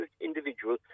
individual